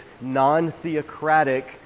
non-theocratic